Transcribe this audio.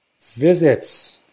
visits